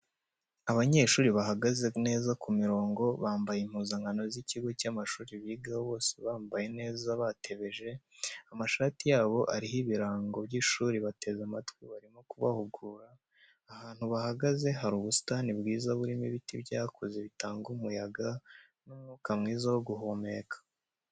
Abanyeshuri bahagaze neza ku mirongo bambaye impuzankano z'ikigo cy'amashuri bigaho bose bambaye neza batebeje, amashati yabo ariho ibirango by'ishuri bateze amatwi abarimo kubahugura, ahantu bahagaze hari ubusitani bwiza burimo ibiti byakuze bitanga umuyaga n'umwuka mwiza wo guhumeka.